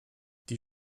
die